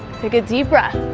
take a deep breath,